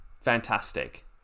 Fantastic